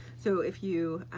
so if you